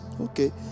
Okay